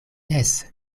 jes